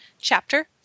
chapter